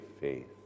faith